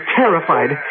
terrified